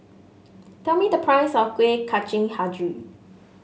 tell me the price of Kueh Kacang hijau